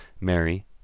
Mary